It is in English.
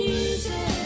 easy